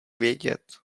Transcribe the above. vědět